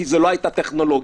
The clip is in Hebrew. כי לא הייתה טכנולוגיה.